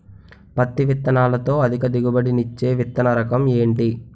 పత్తి విత్తనాలతో అధిక దిగుబడి నిచ్చే విత్తన రకం ఏంటి?